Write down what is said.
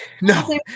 no